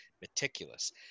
meticulous